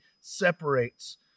separates